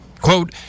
quote